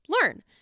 learn